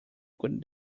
could